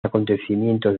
acontecimientos